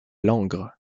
langres